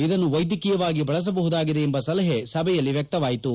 ಇದನ್ನು ವೈದ್ಯಕೀಯವಾಗಿ ಬಳಸಬಹುದಾಗಿದೆ ಎಂಬ ಸಲಹೆ ಸಭೆಯಲ್ಲಿ ವ್ಲಕ್ತವಾಯಿತು